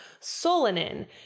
solanin